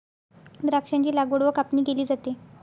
द्राक्षांची लागवड व कापणी केली जाते